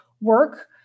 work